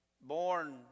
born